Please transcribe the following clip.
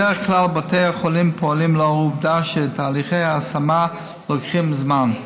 בדרך כלל בתי החולים פועלים לאור העובדה שתהליכי ההשמה לוקחים זמן.